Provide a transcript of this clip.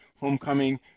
homecoming